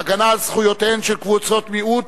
ההגנה על זכויותיהן של קבוצות מיעוט